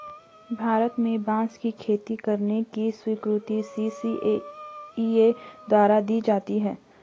भारत में बांस की खेती करने की स्वीकृति सी.सी.इ.ए द्वारा दी जाती है